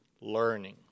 learning